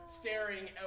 staring